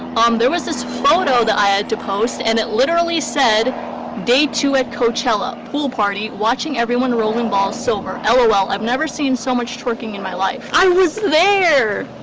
um there was this photo that i had to post and it literally said day two at coachella pool party watching everyone rolling ball sober ah lol. i've never seen so much twerking in my life. i was there!